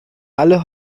alle